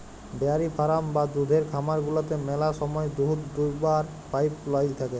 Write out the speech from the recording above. dairy farm বা দুহুদের খামার গুলাতে ম্যালা সময় দুহুদ দুয়াবার পাইপ লাইল থ্যাকে